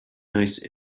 nice